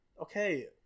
Okay